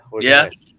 Yes